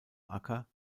acker